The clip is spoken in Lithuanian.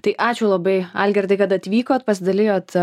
tai ačiū labai algirdai kad atvykot pasidalijot